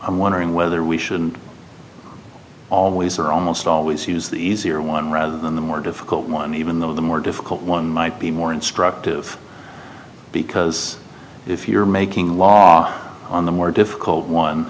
i'm wondering whether we shouldn't always or almost always use the easier one rather than the more difficult one even though the more difficult one might be more instructive because if you're making law on the more difficult one